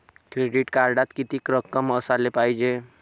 Credit कार्डात कितीक रक्कम असाले पायजे?